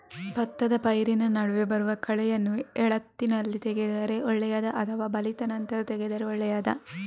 ಭತ್ತದ ಪೈರಿನ ನಡುವೆ ಬರುವ ಕಳೆಯನ್ನು ಎಳತ್ತಲ್ಲಿ ತೆಗೆದರೆ ಒಳ್ಳೆಯದಾ ಅಥವಾ ಬಲಿತ ನಂತರ ತೆಗೆದರೆ ಒಳ್ಳೆಯದಾ?